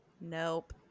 nope